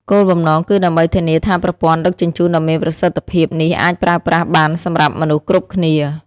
គោលបំណងគឺដើម្បីធានាថាប្រព័ន្ធដឹកជញ្ជូនដ៏មានប្រសិទ្ធភាពនេះអាចប្រើប្រាស់បានសម្រាប់មនុស្សគ្រប់គ្នា។